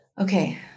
Okay